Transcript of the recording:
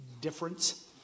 difference